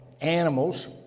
animals